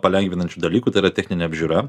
palengvinančių dalykų tai yra techninė apžiūra